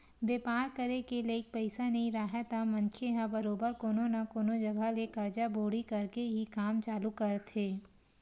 बेपार करे के लइक पइसा नइ राहय त मनखे ह बरोबर कोनो न कोनो जघा ले करजा बोड़ी करके ही काम चालू करथे